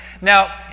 now